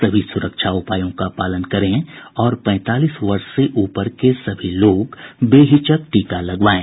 सभी सुरक्षा उपायों का पालन करें और पैंतालीस वर्ष से ऊपर के सभी लोग बेहिचक टीका लगवाएं